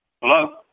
Hello